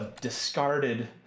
discarded